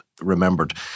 remembered